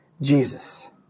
Jesus